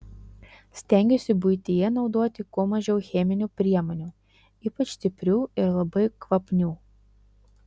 stengiuosi buityje naudoti kuo mažiau cheminių priemonių ypač stiprių ir labai kvapnių